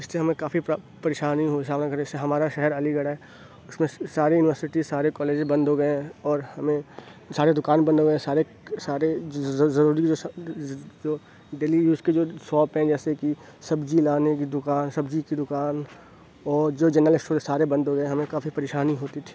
اِس سے ہمیں کافی پر پریشانی ہوئی جیسے ہمارا شہر علی گڑھ ہے اُس میں ساری یونیورسٹی سارے کالجز بند ہو گئے ہیں اور ہمیں سارے دُکان بند ہو گئے ہیں سارے سارے ضروری جو ڈیلی یوز کے جو ساپ ہیں جیسے کہ سبزی لانے کی دُکان سبزی کی دُکان اور جو جنرل اسٹور ہیں سارے بند ہو گئے ہمیں کافی پریشانی ہوتی تھی